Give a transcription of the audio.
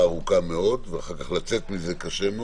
ארוכה מאד ויהיה קשה מאוד אחר כך לצאת מזה.